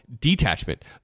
detachment